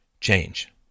change